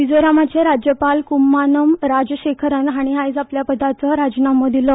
मिजोरमाचे राज्यपाल कुम्मानम राजशेखरन हाणी आयज आपल्या पदाचो राजीनामो दिलो